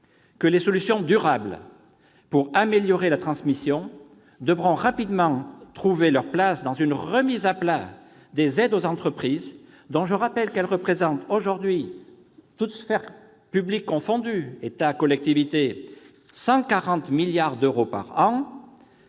des solutions durables pour améliorer la transmission d'entreprises devront rapidement trouver leur place dans une remise à plat des aides aux entreprises, dont je rappelle qu'elles représentent aujourd'hui, toutes sphères publiques confondues, État et collectivités, quelque 140 milliards d'euros par an,